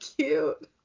cute